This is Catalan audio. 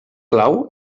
clau